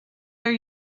are